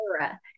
era